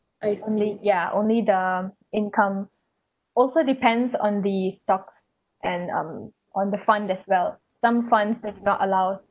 mm only the income also depends on the stocks and um on the fund as well some funds they do not allow